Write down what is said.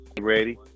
Ready